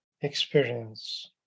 experience